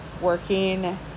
working